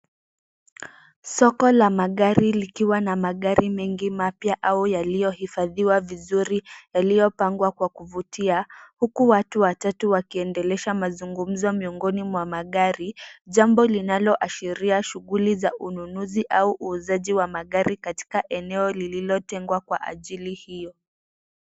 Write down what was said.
Soko la magari likiwa na magari mengi mapya au yaliohifadhiwa vizuri yaliyopangwa kwa kuvutia uku watu watatu wakiendelesha mazungumzo miongoni mwa magari, jambo linalo ashiria shughuli za ununuzi au uzaaji wa magari katika eneo lililotengwa kwa hajili hii.